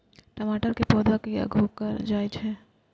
टमाटर के पौधा किया घुकर जायछे?